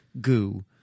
goo